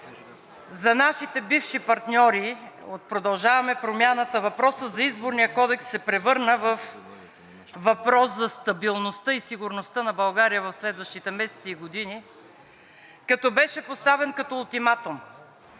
за нашите бивши партньори от „Продължаваме Промяната“ въпросът за Изборния кодекс се превърна във въпрос за стабилността и сигурността на България в следващите месеци и години, като беше поставен като ултиматум: